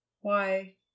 Why